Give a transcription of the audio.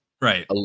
Right